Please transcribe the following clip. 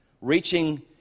reaching